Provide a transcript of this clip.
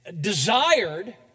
desired